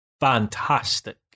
fantastic